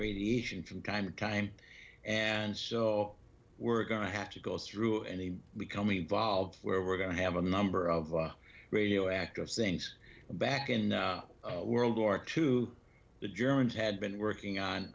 radiation from time to time and so we're going to have to go through and they become involved where we're going to have a number of radioactive things back in world war two the germans had been working on